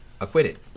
acquitted